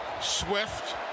Swift